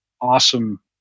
awesome